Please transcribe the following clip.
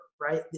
Right